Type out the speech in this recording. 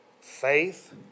faith